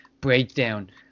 breakdown